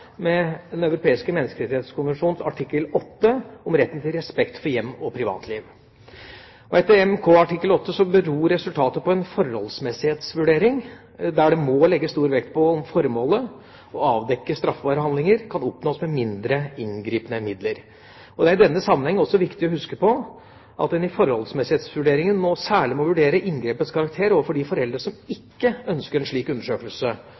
med Den europeiske menneskerettskonvensjon, EMK, artikkel 8 om retten til respekt for hjem og privatliv. Etter EMK artikkel 8 beror resultatet på en forholdsmessighetsvurdering, der det må legges stor vekt på formålet – å avdekke straffbare handlinger – kan oppnås med mindre inngripende midler. Det er i denne sammenheng også viktig å huske på at en i forholdsmessighetsvurderingen særlig må vurdere inngrepets karakter overfor de foreldre som ikke ønsker en slik undersøkelse,